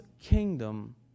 kingdom